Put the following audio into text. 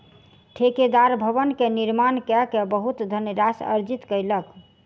ठेकेदार भवन के निर्माण कय के बहुत धनराशि अर्जित कयलक